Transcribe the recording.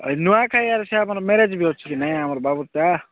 ହଇ ନୂଆଁଖାଇ ଆରୁ ସେ ଆମର ମେରେଜ୍ ବି ଅଛି ନାଇଁ ଆମର ବାବୁର୍ଟା